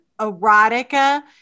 erotica